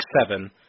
seven